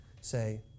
say